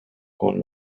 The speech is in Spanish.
con